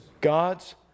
God's